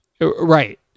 right